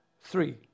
Three